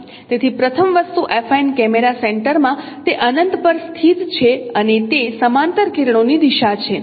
તેથી પ્રથમ વસ્તુ એફાઈન કેમેરા સેન્ટરમાં તે અનંત પર સ્થિત છે અને તે સમાંતર કિરણોની દિશા છે